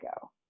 go